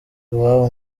iwabo